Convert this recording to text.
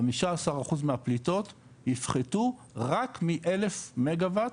15% אחוז מהפליטות יופחתו רק מ- 1000 מגה ואט